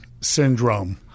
syndrome